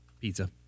Pizza